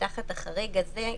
תחת החריג הזה,